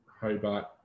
Hobart